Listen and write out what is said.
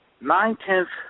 nine-tenths